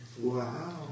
Wow